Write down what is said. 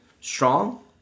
strong